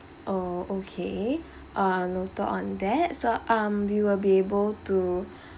oh okay uh noted on that so um we will be able to